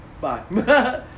Bye